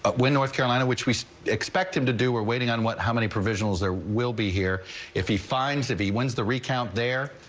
ah when north carolina which we expect him to do we're waiting on what how many provisional there will be here if he finds if he wins the recount there.